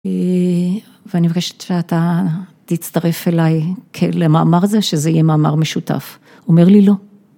‫ואני מבקשת שאתה תצטרף אליי ‫למאמר זה, שזה יהיה מאמר משותף. ‫אומר לי לא.